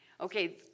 Okay